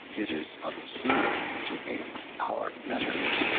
it is absurd to ape our betters.